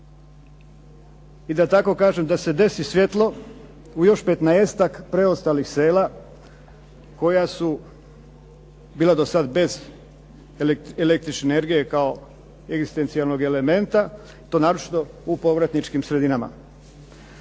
i da tako kažem da se desi svjetlo u još 15-ak preostalih sela koja su bila do sada bez električne energije kao egzistencijalnog elementa i to naročito u povratničkim sredinama.